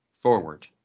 Forward